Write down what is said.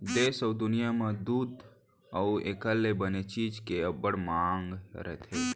देस अउ दुनियॉं म दूद अउ एकर ले बने चीज के अब्बड़ मांग रथे